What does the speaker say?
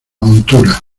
montura